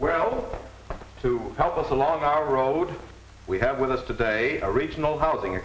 well to help us along our road we have with us today original housing